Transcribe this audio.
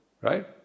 right